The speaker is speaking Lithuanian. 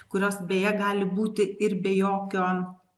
kurios beje gali būti ir be jokio